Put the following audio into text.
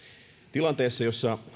tilanteessa jossa